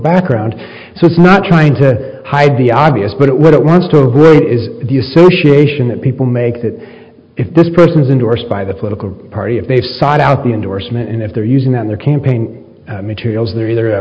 background so it's not trying to hide the obvious but what it wants to is the association that people make that if this person's indorsed by the political party if they side out the endorsement and if they're using their campaign materials they're either